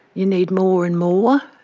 you need more and more.